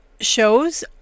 shows